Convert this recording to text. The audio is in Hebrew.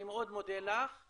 תודה.